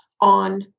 on